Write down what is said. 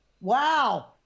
Wow